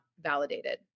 validated